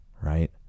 right